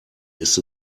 ist